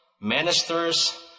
ministers